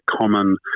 common